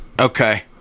Okay